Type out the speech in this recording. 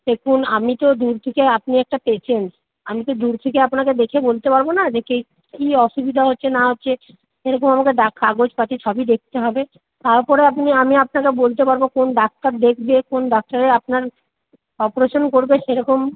দেখুন আমি তো দূর থেকে আপনি একটা পেশেন্ট আমি তো দূর থেকে আপনাকে দেখে বলতে পারব না যে কে কী অসুবিধা হচ্ছে না হচ্ছে সেরকম আমাকে কাগজপাতি সবই দেখতে হবে তারপরে আপনি আমি আপনাকে বলতে পারব কোন ডাক্তার দেখবে কোন ডাক্তারে আপনার অপারেশন করবে সেরকম